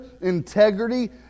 integrity